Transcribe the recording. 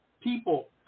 people